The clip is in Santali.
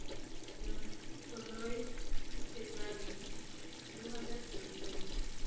ᱥᱳᱞᱞᱳᱭ ᱯᱷᱮᱵᱽᱨᱩᱣᱟᱨᱤ ᱫᱩ ᱦᱟᱡᱟᱨ ᱪᱳᱫᱫᱳ